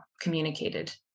communicated